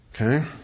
Okay